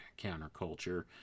counterculture